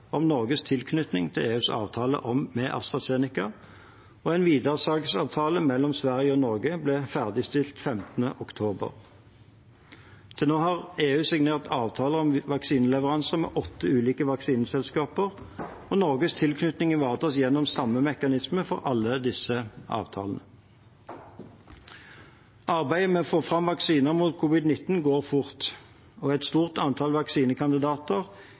om Norges tilknytning til EUs avtale med AstraZeneca, og en videresalgsavtale mellom Sverige og Norge ble ferdigstilt 15. oktober. Til nå har EU signert avtaler om vaksineleveranser med åtte ulike vaksineselskaper, og Norges tilknytning ivaretas gjennom samme mekanisme for alle disse avtalene. Arbeidet med å få fram vaksiner mot covid-19 går fort, og et stort antall vaksinekandidater